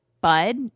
bud